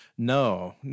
No